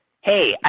Hey